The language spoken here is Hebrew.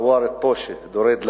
ע'וואר אלטושה, דוריד לחאם,